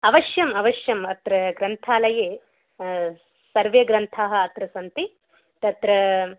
अवश्यम् अवश्यम् अत्र ग्रन्थालये सर्वे ग्रन्थाः अत्र सन्ति तत्र